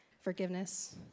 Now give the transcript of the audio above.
forgiveness